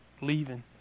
leaving